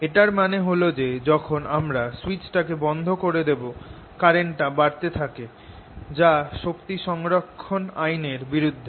এটার মানে হল যে যখন আমরা সুইচটাকে বন্ধ করে দেব কারেন্টটা বাড়তে থাকে যা শক্তি সংরক্ষণ আইন এর বিরুদ্ধে